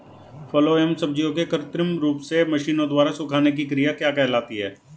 फलों एवं सब्जियों के कृत्रिम रूप से मशीनों द्वारा सुखाने की क्रिया क्या कहलाती है?